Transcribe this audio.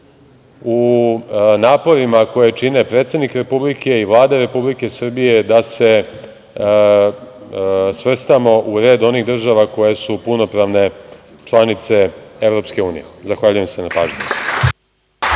u naporima koje čine predsednik Republike i Vlada Republike Srbije, da se svrstamo u red onih država koje su punopravne članice EU.Zahvaljujem se na pažnji.